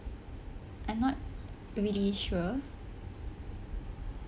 I'm not really sure